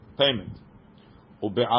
payment